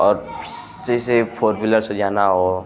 और जैसे four wheeler से जाना हो